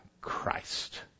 Christ